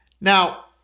Now